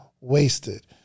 wasted